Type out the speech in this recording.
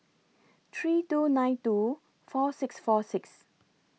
three two nine two four six four six